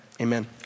Amen